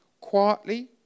quietly